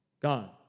God